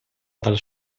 dalla